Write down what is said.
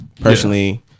personally